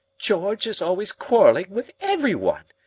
george is always quarreling with everyone.